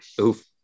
oof